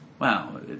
Wow